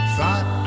Thought